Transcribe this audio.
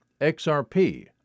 XRP